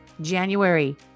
January